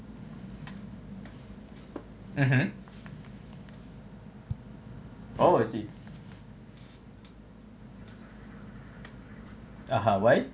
mmhmm oh I see (uh huh) why